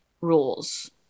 rules